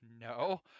No